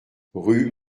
rue